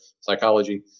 psychology